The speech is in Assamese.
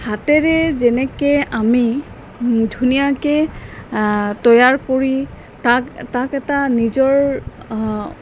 হাতেৰে যেনেকে আমি ধুনীয়াকে তৈয়াৰ কৰি তাক তাক এটা নিজৰ